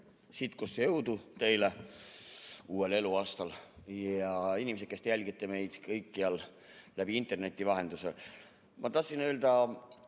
sitkust ja jõudu teile uuel eluaastal! Ja inimesed, kes te jälgite meid kõikjal interneti vahendusel! Ma tahtsin öelda